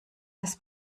des